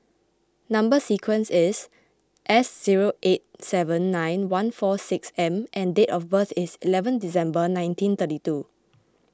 Number Sequence is S zero eight seven nine one four six M and date of birth is eleven December nineteen thirty two